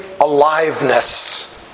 aliveness